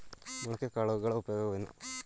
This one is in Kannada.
ಮೊಳಕೆ ಕಾಳುಗಳ ಉಪಯೋಗವೇನು?